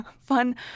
fun